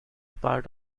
part